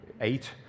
eight